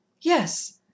Yes